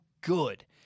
good